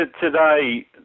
today